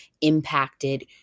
impacted